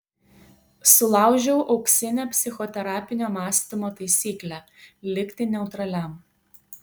sulaužiau auksinę psichoterapinio mąstymo taisyklę likti neutraliam